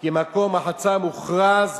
כי מקום רחצה מוכרז